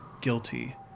guilty